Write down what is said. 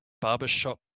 barbershop